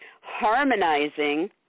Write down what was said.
harmonizing